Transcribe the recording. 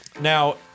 Now